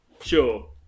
Sure